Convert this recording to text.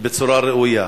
ובצורה ראויה,